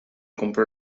compró